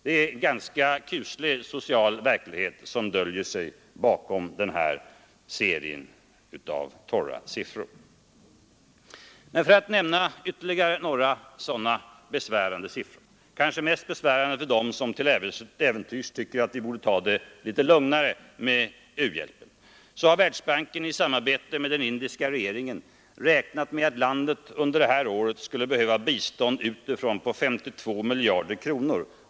Det är en ganska kuslig social verklighet som döljer sig bakom den här serien av torra siffror. Men låt mig nämna ytterligare några sådana besvärande siffror, kanske mest besvärande för dem som till äventyrs tycker att vi borde ta det litet lugnare med u-hjälpen. Världsbanken har i samarbete med den indiska regeringen räknat ut att landet under den närmaste femårsperioden skulle behöva bistånd utifrån med 52 miljarder kronor.